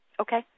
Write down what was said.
Okay